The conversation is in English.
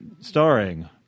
starring